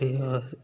ते